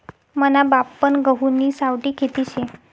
मना बापपन गहुनी सावठी खेती शे